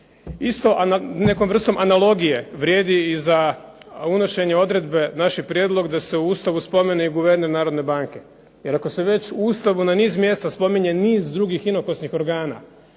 Isto nekom vrstom analogije vrijedi i za unošenje odredbe, naš je prijedlog da se u Ustavu spomene i guverner Narodne banke, jer ako se u Ustavu već spominje na niz mjesta drugih inokosnih organa,